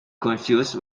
confused